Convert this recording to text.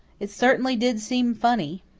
it certainly did seem funny.